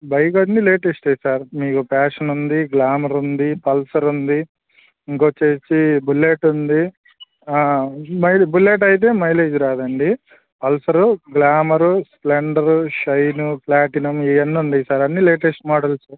bike అన్నీ లేటెస్టే sir మీకు పాషన్ ఉంది గ్లామర్ ఉంది పల్సర్ ఉంది ఇంకొచ్చేసి బుల్లెట్ ఉంది మై బుల్లెట్ అయితే మైలేజ్ రాదండి Pulsar Glamour Splendor Shine Platinum ఇవన్ని ఉన్నాయి సార్ అన్నీ లేటెస్ట్ మోడల్సే